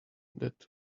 that